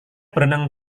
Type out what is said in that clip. berenang